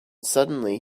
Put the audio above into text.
suddenly